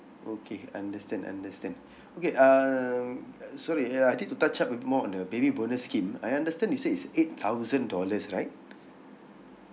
okay understand understand okay um uh sorry uh I need to touch up a bit more on the baby bonus scheme I understand you said it's eight thousand dollars right